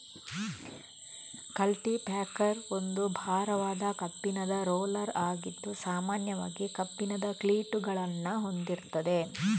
culti packer ಒಂದು ಭಾರವಾದ ಕಬ್ಬಿಣದ ರೋಲರ್ ಆಗಿದ್ದು ಸಾಮಾನ್ಯವಾಗಿ ಕಬ್ಬಿಣದ ಕ್ಲೀಟುಗಳನ್ನ ಹೊಂದಿರ್ತದೆ